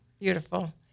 Beautiful